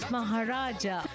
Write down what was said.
Maharaja